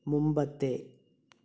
മുമ്പത്തെ